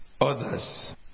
others